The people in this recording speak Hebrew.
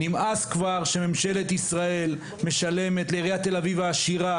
נמאס כבר שממשלת ישראל משלמת לעיריית תל אביב העשירה,